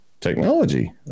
technology